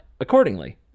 accordingly